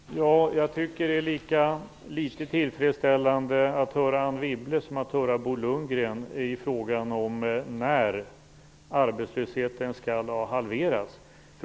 Herr talman! Jag tycker att det är lika litet tillfredsställande att höra Anne Wibble som att höra Bo Lundgren i frågan om när arbetslösheten skall ha halverats.